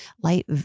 light